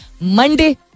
Monday